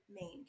main